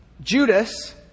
Judas